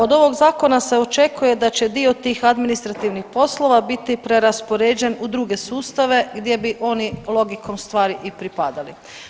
Od ovog zakona se očekuje da će dio tih administrativnih poslova biti preraspoređen u druge sustave gdje bi oni logikom stvari i pripadali.